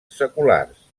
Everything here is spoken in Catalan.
seculars